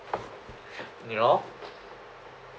you know